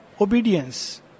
Obedience